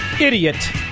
idiot